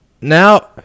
now